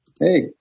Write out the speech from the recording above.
Hey